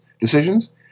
decisions